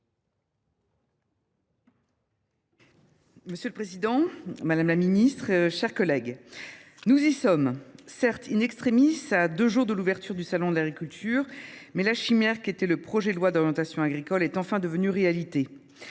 Monsieur le président, madame la ministre, mes chers collègues, nous y sommes ! Certes,, à deux jours de l’ouverture du salon de l’agriculture, mais la chimère qu’était le projet de loi d’orientation agricole est enfin devenue réalité